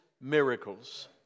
miracles